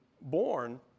born